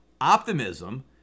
optimism